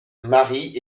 marie